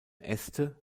äste